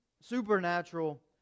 supernatural